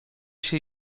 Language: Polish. się